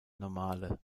normale